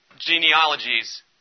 genealogies